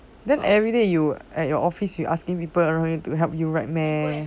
then everyday you at your office you asking people to help you write meh